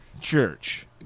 church